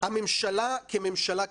הממשלה כממשלה,